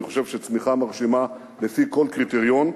אני חושב שצמיחה מרשימה לפי כל קריטריון,